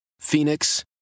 Phoenix